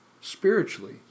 spiritually